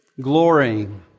glorying